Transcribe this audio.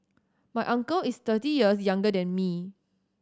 my uncle is thirty years younger than me